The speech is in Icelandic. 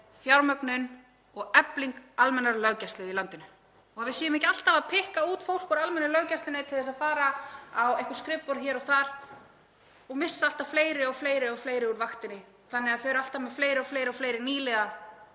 fjármögnun og efling almennrar löggæslu í landinu. Við séum ekki alltaf að pikka fólk út úr almennu löggæslunni til að fara á einhver skrifborð hér og þar og missa alltaf fleiri og fleiri af vaktinni, þannig að þau eru alltaf með fleiri og fleiri nýliða